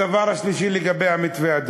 הדבר השלישי, לגבי המתווה,